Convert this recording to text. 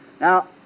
Now